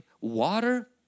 water